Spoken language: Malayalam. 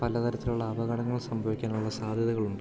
പല തരത്തിലുള്ള അപകടങ്ങൾ സംഭവിക്കാനുള്ള സാധ്യതകളുണ്ട്